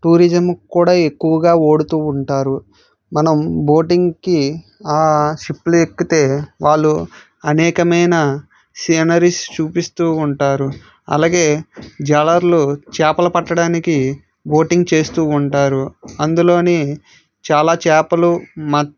tourism కూడా ఎక్కువగా వాడుతు ఉంటారు మనం బోటింగ్కి ఆ షిప్పులు ఎక్కితే వాళ్ళు అనేకమైన సీనరీస్ చూపిస్తు ఉంటారు అలాగే జాలర్లు చేపలు పట్టడానికి బోటింగ్ చేస్తు ఉంటారు అందులో చాలా చేపలు మాత్